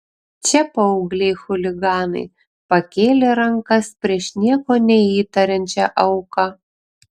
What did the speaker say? čia paaugliai chuliganai pakėlė rankas prieš nieko neįtariančią auką